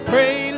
Pray